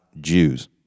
jews